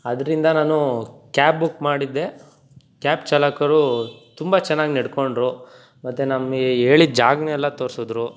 ಆದ್ದರಿಂದ ನಾನು cab book ಮಾಡಿದ್ದೆ ಕ್ಯಾಬ್ ಚಾಲಕರು ತುಂಬ ಚೆನ್ನಾಗಿ ನೆಡಕೊಂಡ್ರು ಮತ್ತೆ ನಮಗೆ ಹೇಳಿದ್ ಜಾಗನೆಲ್ಲ ತೋರ್ಸಿದ್ರು